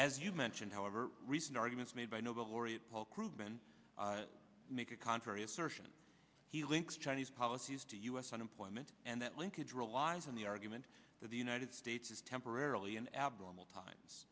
as you mentioned however recent arguments made by noble laureate paul krugman make a contrary assertion he links chinese policies to u s unemployment and that linkage relies on the argument that the united states is temporarily an abnormal times